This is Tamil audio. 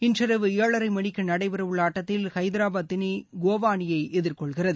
இன்றிரவு ஏழுரை மணிக்கு நடைபெற உள்ள ஆட்டத்தில் ஐதராபாத் அணி கோவா அணியை எதிர்கொள்கிறது